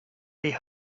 way